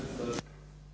Hvala.